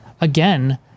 again